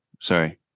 sorry